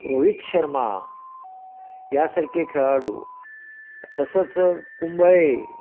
रोहित शर्मा यासारखे खेळाडू तसंच कुंबळे